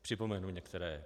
Připomenu některé.